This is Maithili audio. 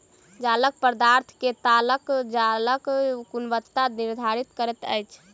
जालक पदार्थ के ताकत जालक गुणवत्ता निर्धारित करैत अछि